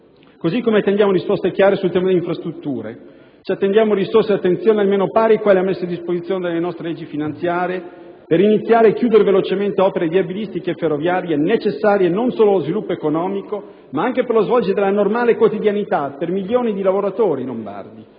così come attendiamo risposte chiare sul tema delle infrastrutture. Ci attendiamo risorse e attenzioni almeno pari a quelle messe a disposizione dalle nostre leggi finanziarie per iniziare e chiudere velocemente opere viabilistiche e ferroviarie necessarie non solo allo sviluppo economico ma anche per lo svolgersi della normale quotidianità per milioni di lavoratori lombardi.